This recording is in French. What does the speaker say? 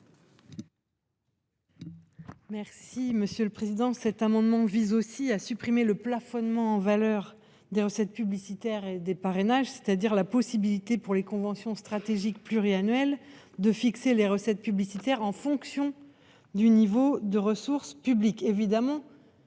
Merci Monsieur le Président.